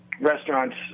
restaurants